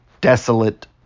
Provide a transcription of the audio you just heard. desolate